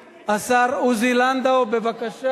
תודה.